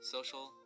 Social